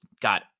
got